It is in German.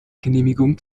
genehmigung